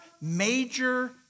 major